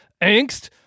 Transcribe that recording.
angst